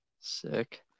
Sick